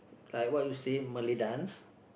like what you say Malay dance